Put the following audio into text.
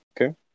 okay